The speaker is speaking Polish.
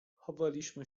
chowaliśmy